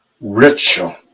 ritual